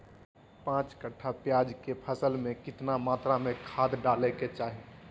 पांच कट्ठा प्याज के फसल में कितना मात्रा में खाद डाले के चाही?